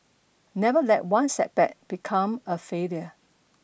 never let one setback become a failure